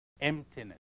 emptiness